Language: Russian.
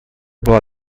была